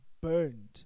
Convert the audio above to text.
burned